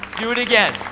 do it again,